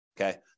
okay